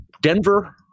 Denver